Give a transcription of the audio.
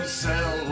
sell